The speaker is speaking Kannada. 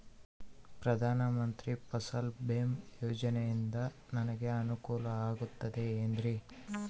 ಪ್ರಧಾನ ಮಂತ್ರಿ ಫಸಲ್ ಭೇಮಾ ಯೋಜನೆಯಿಂದ ನನಗೆ ಅನುಕೂಲ ಆಗುತ್ತದೆ ಎನ್ರಿ?